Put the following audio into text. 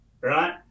right